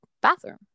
bathroom